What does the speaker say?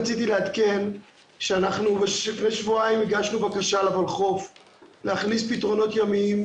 רציתי לעדכן שלפני שבועיים הגשנו בקשה לוולחוף להכניס פתרונות ימיים,